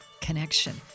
connection